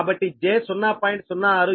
కాబట్టి j0